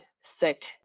sick